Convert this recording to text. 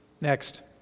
Next